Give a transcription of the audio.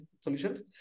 solutions